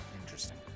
interesting